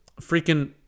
freaking